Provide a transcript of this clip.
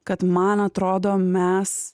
kad man atrodo mes